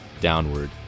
downward